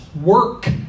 work